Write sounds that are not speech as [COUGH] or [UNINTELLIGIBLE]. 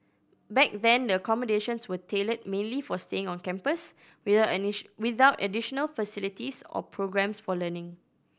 back then the accommodations were tailored mainly for staying on campus with [UNINTELLIGIBLE] without additional facilities or programmes for learning